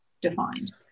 defined